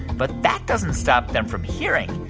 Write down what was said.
but that doesn't stop them from hearing.